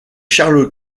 charles